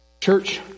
Church